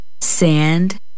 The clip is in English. sand